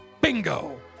Bingo